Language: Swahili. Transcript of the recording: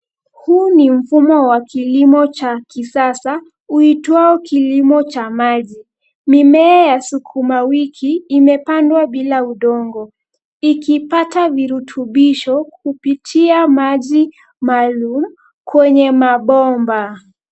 Huu ni mfumo wa kilimo cha kisasa, uitwao kilimo cha maji. Mimea ya sukuma wiki imepandwa bila udongo. Ikipata virutubisho kupitia maji maru kwenye mabomba.